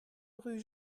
rue